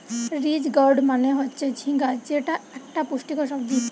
ridge gourd মানে হচ্ছে ঝিঙ্গা যেটা একটা পুষ্টিকর সবজি